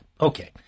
Okay